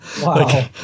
Wow